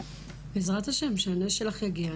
בעזרת ה' שהנס שלך יגיע,